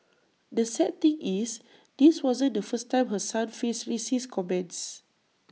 the sad thing is this wasn't the first time her son faced racist comments